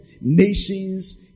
nations